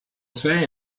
say